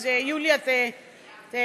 אז, יוליה, תקשיבי.